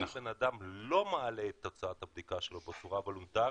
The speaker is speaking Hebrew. אם בן אדם לא מעלה את תוצאת הבדיקה שלו בצורה בוולונטרית,